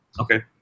Okay